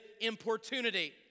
importunity